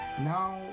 now